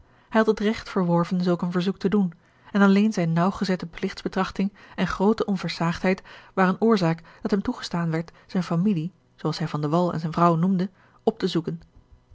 had het regt verworven zulk een verzoek te doen en alleen zijne naauwgezette pligtsbetrachting en groote onversaagdheid waren oorzaak dat hem toegestaan werd zijne familie zoo als hij van de wall en vrouw noemde op te zoeken